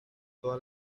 toda